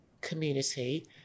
community